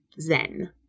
zen